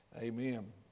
amen